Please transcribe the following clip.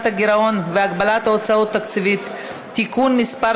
הגירעון והגבלת ההוצאה התקציבית (תיקון מס'